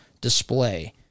display